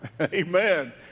Amen